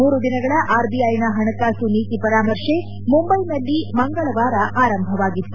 ಮೂರು ದಿನಗಳ ಆರ್ಬಿಐನ ಹಣಕಾಸು ನೀತಿ ಪರಾಮರ್ಶೆ ಮುಂಬೈನಲ್ಲಿ ಮಂಗಳವಾರ ಆರಂಭವಾಗಿತ್ತು